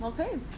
Okay